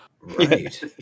right